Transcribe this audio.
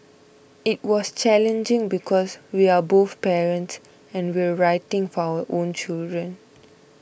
it was challenging because we are both parents and we're writing for our own children